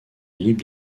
libre